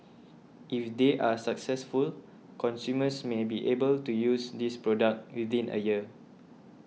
if they are successful consumers may be able to use this product within a year